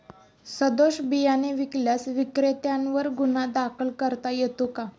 सदोष बियाणे विकल्यास विक्रेत्यांवर गुन्हा दाखल करता येतो का?